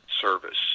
service